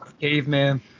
caveman